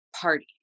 party